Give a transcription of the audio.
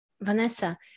Vanessa